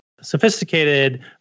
sophisticated